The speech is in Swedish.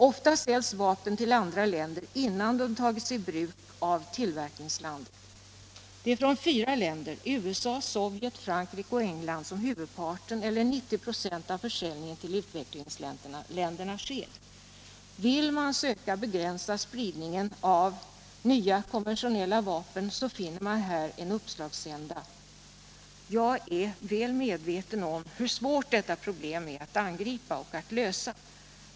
Ofta säljs vapen till andra länder innan de tagits i bruk i tillverkningslandet. Det är från fyra länder — USA, Sovjet, Frankrike och England - som huvudparten eller 90 96 av försäljningen till utvecklingsländerna sker. Vill man söka begränsa spridningen av nya konventionella vapen finner man här en uppslagsända. Jag är väl medveten om hur svårt det är att angripa och lösa detta problem.